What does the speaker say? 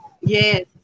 yes